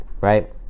right